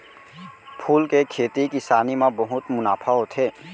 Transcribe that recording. फूल के खेती किसानी म बहुत मुनाफा होथे